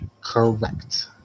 Correct